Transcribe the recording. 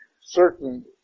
certain